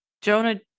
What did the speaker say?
Jonah